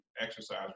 exercise